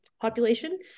population